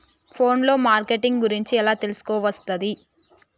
Phone లో marketing గురించి ఎలా తెలుసుకోవస్తది?